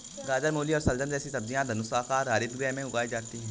गाजर, मूली और शलजम जैसी सब्जियां धनुषाकार हरित गृह में उगाई जाती हैं